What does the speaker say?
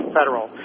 Federal